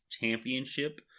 championship